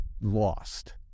lost